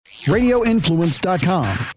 Radioinfluence.com